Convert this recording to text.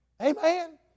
Amen